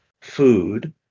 food